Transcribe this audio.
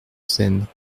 seine